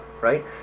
right